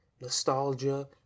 nostalgia